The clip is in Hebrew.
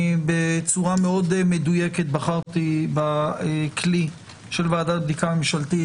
בצורה מאוד מדויקת בחרתי בכלי של ועדת בדיקה ממשלתית.